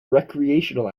recreational